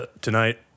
tonight